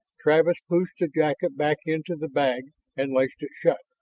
travis pushed the jacket back into the bag and laced it shut.